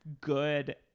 good